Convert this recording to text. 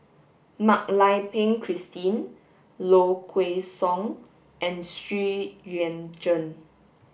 Mak Lai Peng Christine Low Kway Song and Xu Yuan Zhen